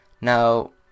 Now